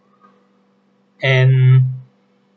and